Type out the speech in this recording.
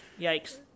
yikes